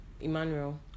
Emmanuel